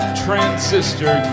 transistor